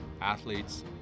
athletes